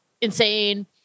insane